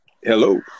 Hello